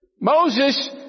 Moses